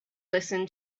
listen